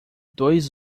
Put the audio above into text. dois